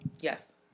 Yes